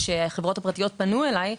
כשחברות פרטיות פנו אלי,